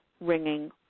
ringing